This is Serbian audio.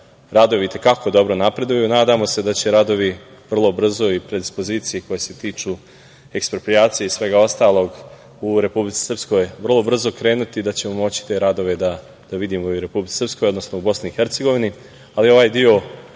radovi i te kako dobro napreduju. Nadamo se da će radovi vrlo brzo i predispozicije koje se tiču eksproprijacije i svega ostalog u Republici Srpskoj vrlo brzo krenuti i da ćemo moći te radove da vidimo i u Republici Srpskoj, odnosno u BiH.Ovaj deo